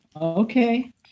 Okay